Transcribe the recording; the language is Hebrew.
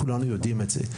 כולנו יודעים את זה.